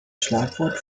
schlagwort